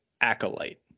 Acolyte